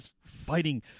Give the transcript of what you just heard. fighting